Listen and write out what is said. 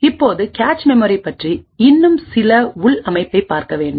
இப்போது cache memory பற்றி இன்னும் சில உள் அமைப்பைப் பார்க்க வேண்டும்